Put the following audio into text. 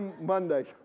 Monday